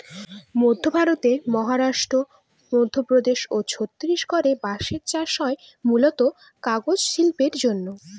মধ্য ভারতের মহারাষ্ট্র, মধ্যপ্রদেশ ও ছত্তিশগড়ে বাঁশের চাষ হয় মূলতঃ কাগজ শিল্পের জন্যে